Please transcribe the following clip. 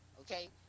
Okay